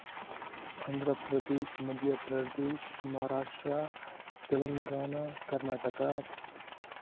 Andhra Pradesh Madhya Pradesh Maharashtra Telangana Karnataka